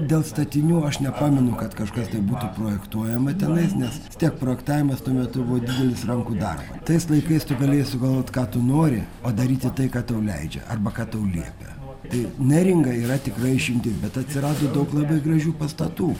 dėl statinių aš nepamenu kad kažkas tai būtų projektuojama tenais nes vis tiek projektavimas tuo metu buvo didelis rankų darbo tais laikais tu galėjai sugalvot ką tu nori o daryti tai ką tau leidžia arba ką tau liepia tai neringa yra tikra išimtis bet atsirado daug labai gražių pastatų